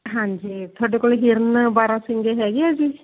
ਹਾਂਜੀ ਤੁਹਾਡੇ ਕੋਲ ਹਿਰਨ ਬਾਰਾਂ ਸਿੰਗੇ ਹੈਗੇ ਹੈ ਜੀ